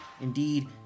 Indeed